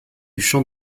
champ